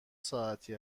ساعتی